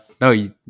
no